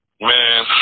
Man